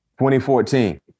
2014